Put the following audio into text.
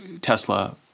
Tesla